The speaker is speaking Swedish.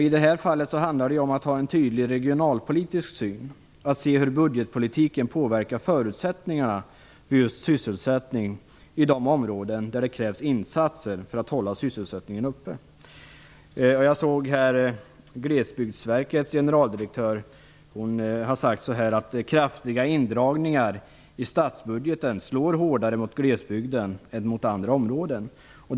I detta fall handlar det om att ha en tydlig regionalpolitisk syn och att se hur budgetpolitiken påverkar förutsättningarna för just sysselsättning i de områden där det krävs insatser för att hålla sysselsättningen uppe. Glesbygdsverkets generaldirektör har sagt att kraftiga indragningar i statsbudgeten slår hårdare mot glesbygden än mot andra områden.